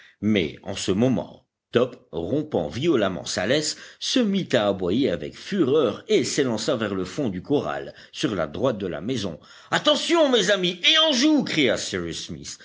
mais en ce moment top rompant violemment sa laisse se mit à aboyer avec fureur et s'élança vers le fond du corral sur la droite de la maison attention mes amis et en joue cria cyrus smith